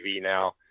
now